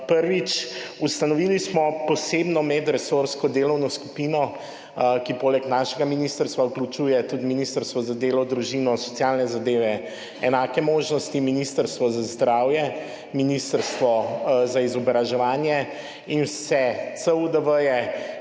Prvič. Ustanovili smo posebno medresorsko delovno skupino, ki poleg našega ministrstva vključuje tudi Ministrstvo za delo, družino, socialne zadeve in enake možnosti, Ministrstvo za zdravje, ministrstvo za izobraževanje in vse CUDV,